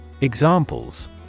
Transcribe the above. Examples